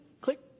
click